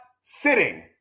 sitting